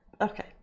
Okay